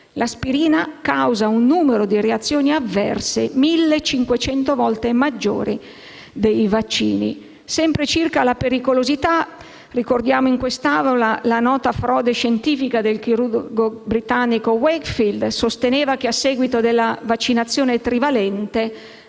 esempio, causa un numero di reazioni avverse 1.500 volte maggiore dei vaccini. Sempre circa la pericolosità, ricordo in quest'Aula la nota frode scientifica del chirurgo britannico Wakefield. Egli sosteneva che a seguito della vaccinazione trivalente,